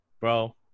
bro